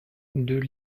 deux